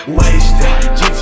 wasted